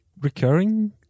recurring